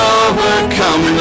overcome